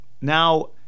now